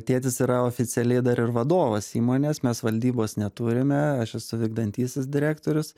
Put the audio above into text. tėtis yra oficialiai dar ir vadovas įmonės mes valdybos neturime aš esu vykdantysis direktorius